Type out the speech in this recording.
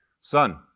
Son